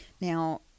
now